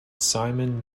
simon